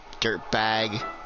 dirtbag